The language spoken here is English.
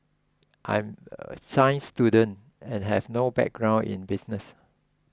I'm a science student and have no background in business